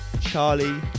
Charlie